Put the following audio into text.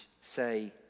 say